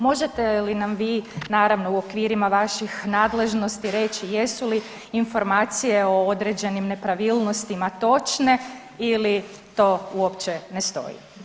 Možete li nam vi, naravno u okvirima naših nadležnosti reći jesu li informacije o određenim nepravilnostima točne ili to uopće ne stoji?